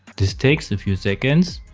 this takes a few seconds,